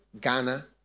Ghana